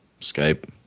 Skype